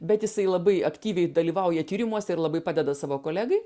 bet jisai labai aktyviai dalyvauja tyrimuose ir labai padeda savo kolegai